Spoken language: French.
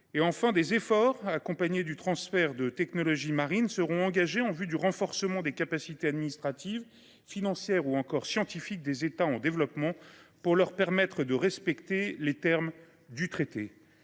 Enfin, des efforts, accompagnés du transfert de technologies marines, seront engagés en vue du renforcement des capacités administratives, financières ou encore scientifiques des États en développement pour leur permettre de respecter les termes du traité.